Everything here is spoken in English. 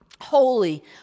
Holy